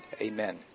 amen